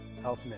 Health